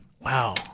wow